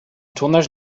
tournage